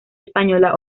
española